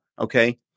okay